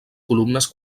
columnes